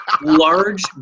large